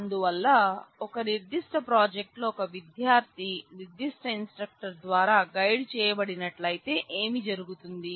అందువల్ల ఒక నిర్ధిష్ట ప్రాజెక్ట్ లో ఒక విద్యార్థి నిర్ధిష్ట ఇన్స్ట్రక్టర్ ద్వారా గైడ్ చేయబడినట్లయితే ఏమి జరుగుతుంది